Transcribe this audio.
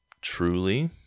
Truly